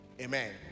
Amen